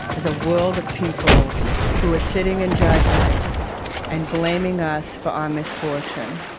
it's a world of people who are sitting in judgment and blaming us for our misfortune.